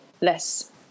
less